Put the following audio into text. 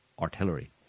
artillery